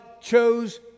chose